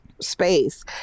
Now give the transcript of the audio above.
space